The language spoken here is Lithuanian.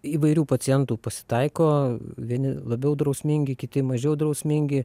įvairių pacientų pasitaiko vieni labiau drausmingi kiti mažiau drausmingi